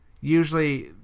Usually